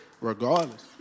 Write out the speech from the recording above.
regardless